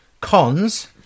Cons